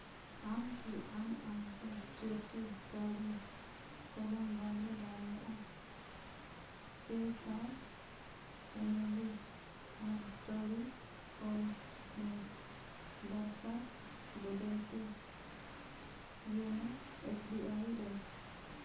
ᱟᱢ ᱠᱤ ᱟᱢᱼᱟᱢᱛᱮ ᱪᱩᱨᱠᱤ ᱠᱟᱹᱣᱰᱤ ᱠᱳᱞᱮᱢ ᱵᱚᱱᱫᱚ ᱫᱟᱲᱮᱭᱟᱜᱼᱟ ᱯᱮ ᱥᱟᱭ ᱮᱱᱩᱣᱟᱞᱤ ᱟᱨ ᱠᱟᱹᱣᱰᱤ ᱠᱳᱞ ᱢᱮ ᱵᱟᱨ ᱥᱟᱭ ᱵᱚᱫᱚᱞ ᱛᱮ ᱭᱳᱱᱳ ᱮᱥ ᱵᱤ ᱟᱭ ᱨᱮ